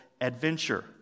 Adventure